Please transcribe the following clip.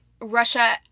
Russia